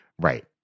Right